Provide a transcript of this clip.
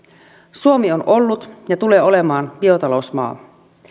suomi on ollut ja tulee olemaan biotalousmaa